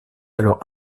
alors